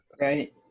Right